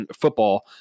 football